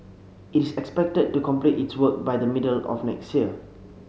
it is expected to complete its work by the middle of next year